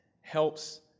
helps